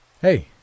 Hey